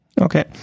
Okay